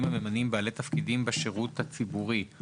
הממנים בעלי תפקידים בשירות הציבורי.